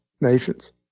nations